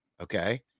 Okay